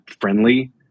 friendly